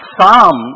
Psalm